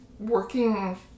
Working